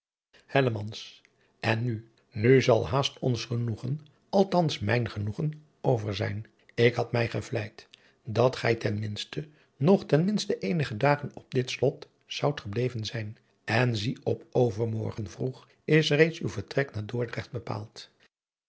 en nu nu zal haast ons genoegen althans mijn genoegen over zijn ik had mij gevleid dat gij ten minste nog ten minste eenige dagen op dit slot zoudt gebleven zijn en zie op overmoradriaan loosjes pzn het leven van hillegonda buisman gen vroeg is reeds uw vertrek naar dordrecht bepaald